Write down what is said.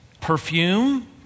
perfume